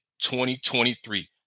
2023